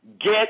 get